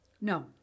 No